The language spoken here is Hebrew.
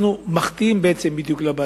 אנחנו בעצם מחטיאים את הבעיה.